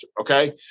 okay